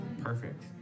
Perfect